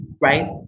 Right